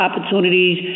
opportunities